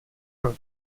proč